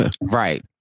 Right